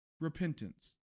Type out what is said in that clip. repentance